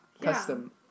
custom